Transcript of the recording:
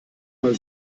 man